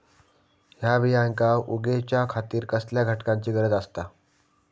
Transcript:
हया बियांक उगौच्या खातिर कसल्या घटकांची गरज आसता?